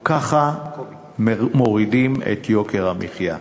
ככה מורידים את יוקר המחיה.